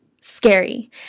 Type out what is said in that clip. scary